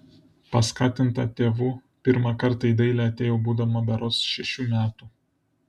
paskatinta tėvų pirmą kartą į dailę atėjau būdama berods šešių metų